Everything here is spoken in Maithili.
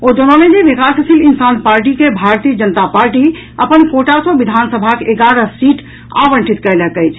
ओ जनौलनि जे विकासशील इंसान पार्टी के भारतीय जनता पार्टी अपन कोटा सॅ विधानसभा के एगारह सीट आवंटित कयलक अछि